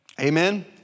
amen